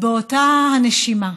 ובאותה הנשימה